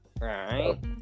Right